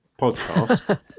podcast